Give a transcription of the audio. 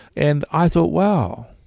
and i thought, wow,